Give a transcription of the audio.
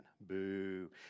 Boo